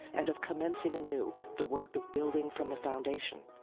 and of commencing anew the work of building from the foundation,